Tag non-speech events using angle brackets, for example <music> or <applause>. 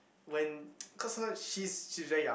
when <noise> cause sometimes she's she's very young